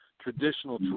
traditional